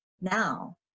now